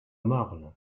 marne